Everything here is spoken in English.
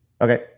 Okay